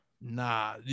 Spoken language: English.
Nah